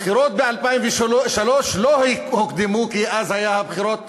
הבחירות ב-2003 לא הוקדמו, כי אז היו הבחירות